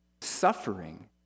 suffering